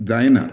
जायना